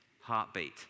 heartbeat